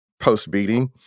post-beating